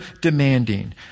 demanding